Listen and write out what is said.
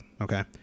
okay